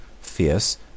fierce